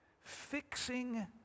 Fixing